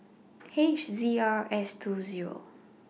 H Z R S two Zero